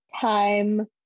time